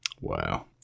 wow